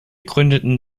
gründeten